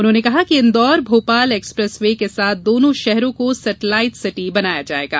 उन्होंने कहा किइंदौर भोपाल एक्सप्रेसवे के साथ दोनो शहरों को सेटेलाइट सिटी बनाई जायेगी